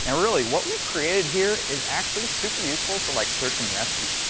and really what we've created here is actually super useful for like search and rescue.